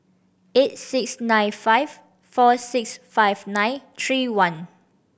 eight six nine five four six five nine three one